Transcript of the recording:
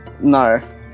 No